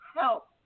help